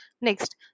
Next